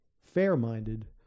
fair-minded